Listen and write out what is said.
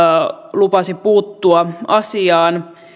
lupasi puuttua asiaan